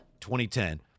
2010